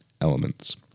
elements